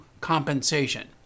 compensation